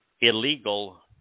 illegal